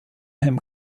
him